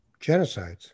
Genocides